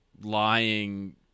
lying